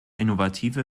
innovative